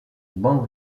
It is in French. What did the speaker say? bande